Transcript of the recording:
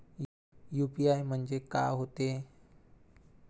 UPI म्हणजे का होते?